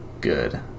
good